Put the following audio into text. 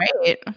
Right